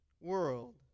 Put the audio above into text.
world